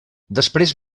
després